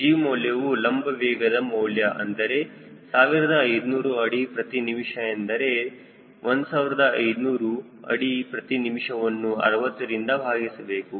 G ಮೌಲ್ಯವು ಲಂಬ ವೇಗದ ಮೌಲ್ಯ ಅಂದರೆ 1500 ಅಡಿ ಪ್ರತಿ ನಿಮಿಷ ಅಂದರೆ 1500 ಅಡಿ ಪ್ರತಿ ನಿಮಿಷವನ್ನೂ 60 ರಿಂದ ಭಾಗಿಸಬೇಕು